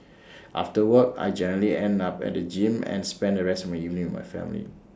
after work I generally end up at the gym and spend the rest my evening my family